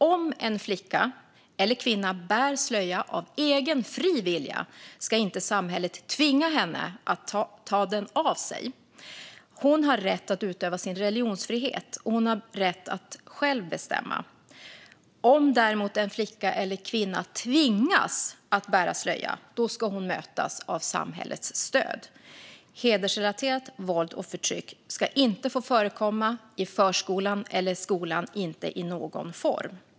Om en flicka eller kvinna bär slöja av egen fri vilja ska inte samhället tvinga henne att ta den av sig. Hon har rätt att utöva sin religionsfrihet. Hon har rätt att själv bestämma. Om däremot en flicka eller kvinna tvingas att bära slöja ska hon mötas av samhällets stöd. Hedersrelaterat våld och förtryck ska inte få förekomma i förskolan eller skolan, inte i någon form.